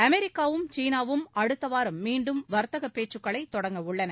அமெரிக்காவும் சீனாவும் அடுத்த வாரம் மீண்டும் வர்த்தக பேச்சுக்களை தொடங்கவுள்ளன